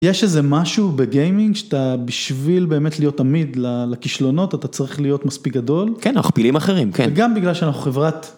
יש איזה משהו בגיימינג שאתה בשביל באמת להיות עמיד לכשלונות אתה צריך להיות מספיק גדול. כן אנחנו פעילים אחרים. וגם בגלל שאנחנו חברת.